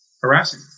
harassing